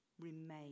Remain